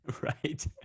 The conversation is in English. right